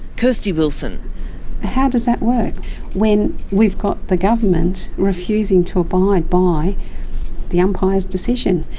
kairsty wilson how does that work when we've got the government refusing to abide by the umpire's decision?